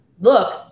look